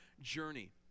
journey